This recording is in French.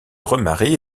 remarie